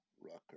Rucker